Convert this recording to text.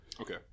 Okay